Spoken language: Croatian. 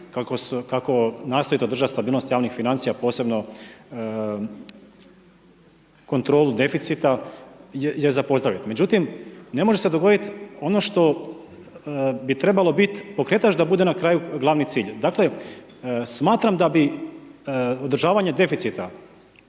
kako nastojite održati stabilnost javnih financija posebno kontrolu deficita je za pozdraviti. Međutim, ne može se dogoditi ono što bi trebalo biti pokretač da bude na kraju glavni cilj. Dakle, smatram da bi održavanje deficita